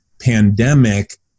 pandemic